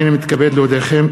הנני מתכבד להודיעכם,